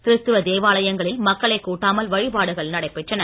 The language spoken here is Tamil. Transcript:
கிறிஸ்துவ தேவாலயங்களில் மக்களை கூட்டாமல் வழிபாடுகள் நடைபெற்றன